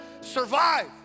survive